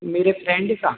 मेरे फ़्रैंड का